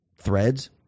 threads